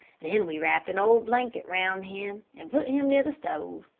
then we wrapped an old blanket round him, and put him near the stove,